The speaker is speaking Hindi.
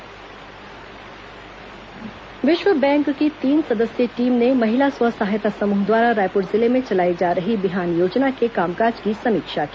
वर्ल्ड बैंक निरीक्षण विश्व बैंक की तीन सदस्यीय टीम ने महिला स्व सहायता समूह द्वारा रायपुर जिले में चलाई जा रही बिहान योजना के कामकाम की समीक्षा की